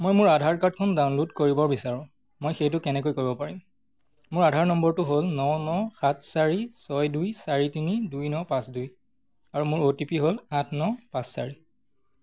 মই মোৰ আধাৰ কাৰ্ডখন ডাউনল'ড কৰিব বিচাৰোঁ মই সেইটো কেনেকৈ কৰিব পাৰিম মোৰ আধাৰ নম্বৰটো হ'ল ন ন সাত চাৰি ছয় দুই চাৰি তিনি দুই ন পাঁচ দুই আৰু মোৰ অ' টি পি হ'ল আঠ ন পাঁচ চাৰি